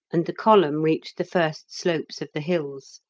and the column reached the first slopes of the hills.